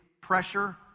pressure